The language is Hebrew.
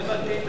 לא הבנתי,